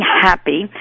Happy